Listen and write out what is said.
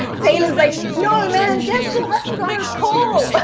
taylor's like, no, man. jess still hasn't got her call. but